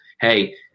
hey